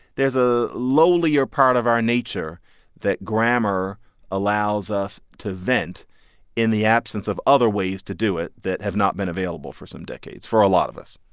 there's a lowlier part of our nature that grammar allows us to vent in the absence of other ways to do it that have not been available for some decades for a lot of us